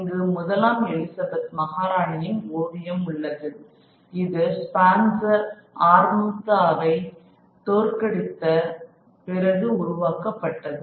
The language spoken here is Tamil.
இங்கு முதலாம் எலிசபெத் மகாராணியின் ஓவியம் உள்ளது இது ஸ்பான்ஸர் ஆர்மதாவை தோற்கடித்த பிறகு உருவாக்கப்பட்டது